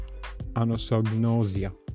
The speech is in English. anosognosia